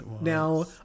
Now